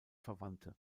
verwandte